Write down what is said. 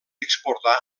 exportar